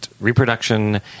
reproduction